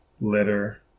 letter